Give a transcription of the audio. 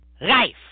life